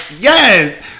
yes